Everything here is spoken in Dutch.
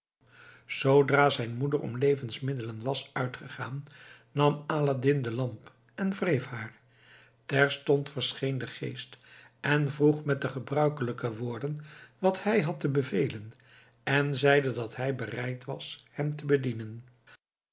zoodra zijn moeder om levensmiddelen was uitgegaan nam aladdin de lamp en wreef haar terstond verscheen de geest en vroeg met de gebruikelijke woorden wat hij had te bevelen en zeide dat hij bereid was hem te bedienen